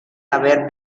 haber